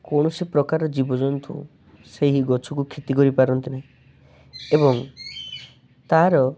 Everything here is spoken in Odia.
କୌଣସି ପ୍ରକାର ଜୀବଜନ୍ତୁ ସେହି ଗଛକୁ କ୍ଷତି କରିପାରନ୍ତି ନାହିଁ ଏବଂ ତାର